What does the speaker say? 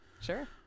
Sure